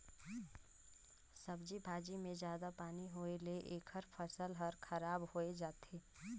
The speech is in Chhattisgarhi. सब्जी भाजी मे जादा पानी होए ले एखर फसल हर खराब होए जाथे